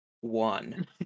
one